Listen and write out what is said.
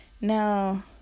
Now